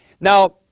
Now